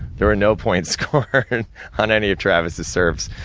there are no points scored on any of travis' serves.